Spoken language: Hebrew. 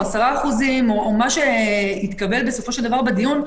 10% או מה שיתקבל בסופו של דבר בדיון,